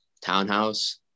townhouse